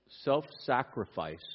self-sacrifice